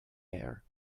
air